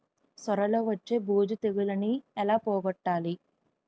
సొర లో వచ్చే బూజు తెగులని ఏల పోగొట్టాలి?